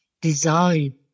design